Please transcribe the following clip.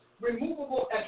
removable